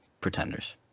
pretenders